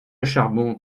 charbon